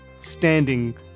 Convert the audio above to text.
standing